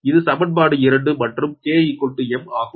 இது சமன்பாடு 2 மற்றும் k m ஆகும்